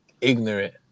ignorant